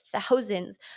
thousands